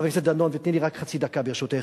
חבר הכנסת דנון, ותני לי רק חצי דקה, ברשותך,